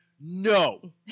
no